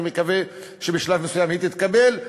אני מקווה שבשלב מסוים היא תתקבל,